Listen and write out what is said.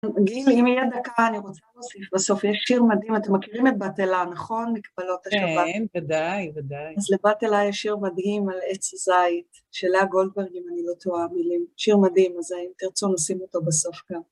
גיל, אם יהיה דקה, אני רוצה להוסיף בסוף, יש שיר מדהים, אתם מכירים את בת אלה, נכון? מקבלות השבת. כן, ודאי, ודאי. אז לבת אלה יש שיר מדהים על עץ זית, של לאה גולדברג, אם אני לא טועה, מילים. שיר מדהים, אז אם תרצו, נשים אותו בסוף גם.